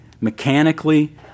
mechanically